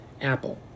Apple